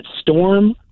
storm